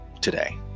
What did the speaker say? today